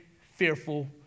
fearful